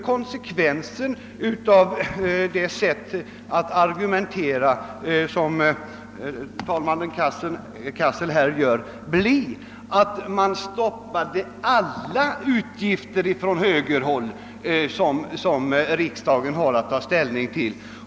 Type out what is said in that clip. Konsekvensen av herr Cas .sels sätt att argumentera skulle bli att man från högerhåll försökte stoppa alla utgifter som riksdagen har att ta ställning till.